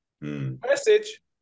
Message